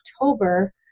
October